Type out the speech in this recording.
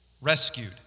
rescued